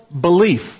belief